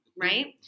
right